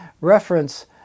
reference